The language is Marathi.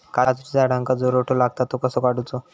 काजूच्या झाडांका जो रोटो लागता तो कसो काडुचो?